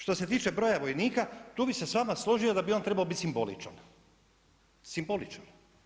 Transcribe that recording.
Što se tiče broja vojnika tu bi se s vama složio da bi on trebao biti simboličan, simboličan.